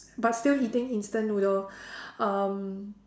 but still eating instant noodle um